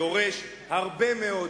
ודורש הרבה מאוד,